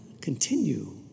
continue